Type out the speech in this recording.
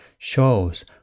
shows